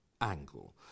angle